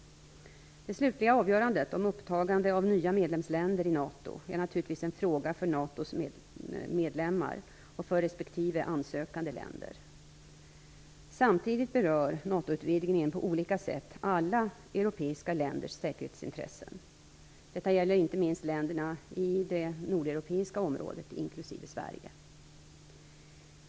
Det slutliga avgörandet om upptagande av nya medlemsländer i NATO är naturligtvis en fråga för NATO:s medlemmar och för respektive ansökande länder. Samtidigt berör NATO-utvidgningen på olika sätt alla europeiska länders säkerhetsintressen. Detta gäller inte minst länderna i det nordeuropeiska området, inklusive Sverige.